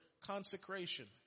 consecration